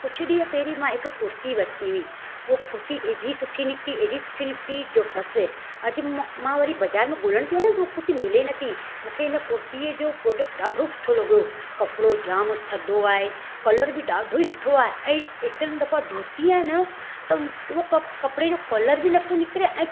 कुछ ॾींहं पहिरियों मां हिकु कुर्ती वरिती हुई उहा कुर्ती हेॾी सुठी निकिती हेॾी सुठी निकिती जो बसि अॼ मु मां वरी बाज़ारि में ॻोल्हण थी वञा त उहो कुर्ती मिले नथी मूंखे हिन कुर्तीअ जो पोडक्ट ॾाढो सुठो लॻो कपिड़ो जाम थधो आहे कलर बि ॾाढो ई सुठो आहे ऐं एतिरनि दफ़ा धोपिजी आहे न त उहो कप कपिड़े जो कलर बि नथो निकिरे ऐं